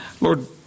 Lord